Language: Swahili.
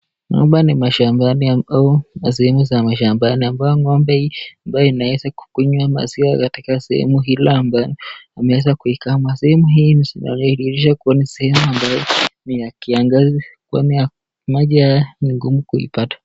Hapa ni mashambani ambapo ni sehemu za mashambani ambapo ngombe ambaye inaweza kukunywa maziwa katika sehemu hili ambayo inaweza kukama sehemu hii inaonyesha kuwa ni sehemu ya kiangazi kwani maji haya ni ngumu kuipata.